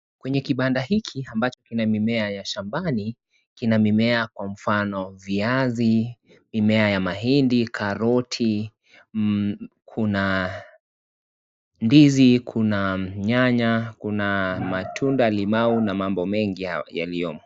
Kwenye kibanda hiki ambacho kina mimea ya shabani, kina mimea kwa mfano viazi , mimea ya mahidi, karoti kuna ndizi kuna nyanya kuna matunda limau na mambo mengi yaliyomo.